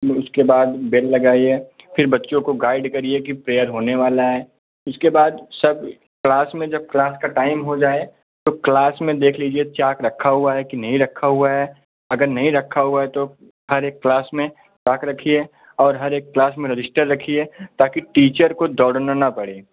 उसके बाद बेल लगाइए उसके बाद बच्चों को गाइड करिए कि प्रेयर होने वाला है उसके बाद सब क्लास में जब क्लास का टाइम हो जाए तो क्लास में देख लीजिए चॉक रखा हुआ है कि नहीं रखा हुआ है अगर नहीं रखा हुआ है तो हर एक क्लास में चॉक रखिए और हर एक क्लास में रजिस्टर रखिए ताकि टीचर को दौड़ना न पड़े